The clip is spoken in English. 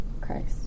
Christ